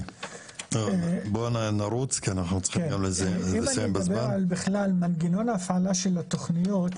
אם אני אדבר בכלל על מנגנון ההפעלה של התכניות